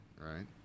right